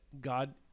god